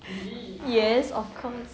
yes of course